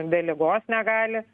dėl ligos negali